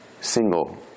single